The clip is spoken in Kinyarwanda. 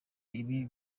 ibi